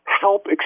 help